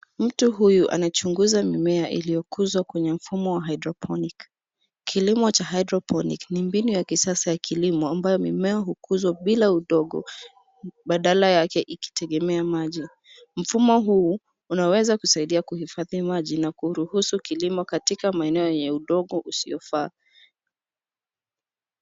Mtu huyu anachunguza mimea iliyokuzwa kwenye mfumo wa hydroponic. Kilimo cha hydroponic ni mbinu ya kisasa ya kilimo, ambayo mimea hukuzwa bila udongo, badala yake ikitegemea maji. Mfumo huu unaweza kusaidia kuhifadhi maji na kuruhusu kilimo, katika maeneo yenye udongo usiofaa.